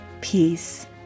peace